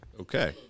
Okay